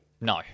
No